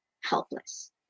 helpless